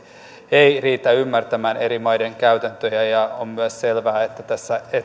ei riitä ymmärtämään eri maiden käytäntöjä on myös selvää että tässä